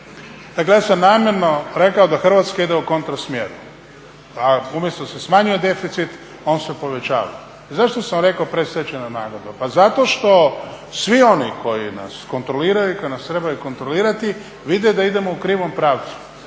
dakle ja sam namjerno rekao da Hrvatska ide u kontra smjeru. Umjesto da se smanjuje deficit on se povećava. Zašto sam rekao predstečajna nagodba? Pa zato što svi oni koji nas kontroliraju i koji nas trebaju kontrolirati vide da idemo u krivom pravcu.